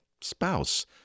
spouse